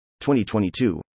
2022